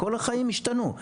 כל החיים השתנו.